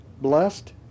blessed